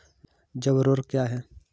जैव ऊर्वक क्या है?